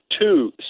two